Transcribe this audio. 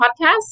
podcast